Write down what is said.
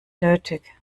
nötig